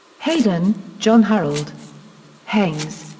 hayden, john harold haynes.